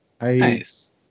Nice